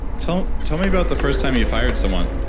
tell tell me about the first time you fired someone